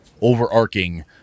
overarching